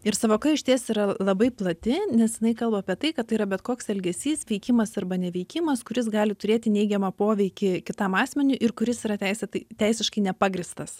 ir sąvoka išties yra labai plati nes jinai kalba apie tai kad tai yra bet koks elgesys veikimas arba neveikimas kuris gali turėti neigiamą poveikį kitam asmeniui ir kuris yra teisėtai teisiškai nepagrįstas